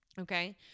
okay